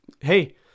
Hey